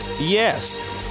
Yes